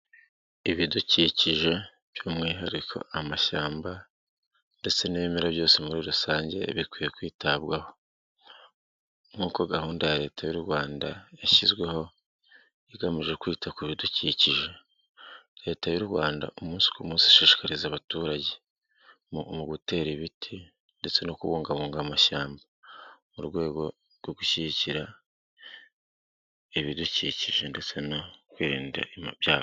Ibidukikije by'umwihariko amashyamba ndetse n'ibimera byose muri rusange bikwiye kwitabwaho, nkuko gahunda ya leta y'u Rwanda yashyizweho igamije kwita ku bidukikije. Leta y'u Rwanda umunsi ku munsi ishishikariza abaturage gutera ibiti ndetse no kubungabunga amashyamba mu rwego rwo gushyigikira ibidukikije ndetse no kwirinda ibyaha.